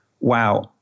wow